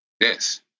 Yes